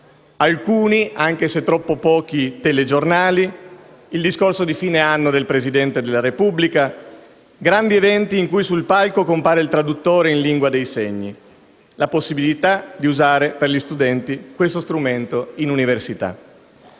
alcuni, anche se troppo pochi telegiornali, il discorso di fine anno del Presidente della Repubblica, grandi eventi in cui sul palco compare il traduttore in lingua dei segni, la possibilità per gli studenti di usare questo strumento nelle università.